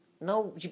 No